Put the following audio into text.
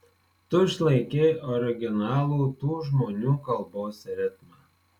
tu išlaikei originalų tų žmonių kalbos ritmą